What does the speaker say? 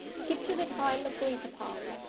keep to the time agreed upon.